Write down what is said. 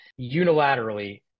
Unilaterally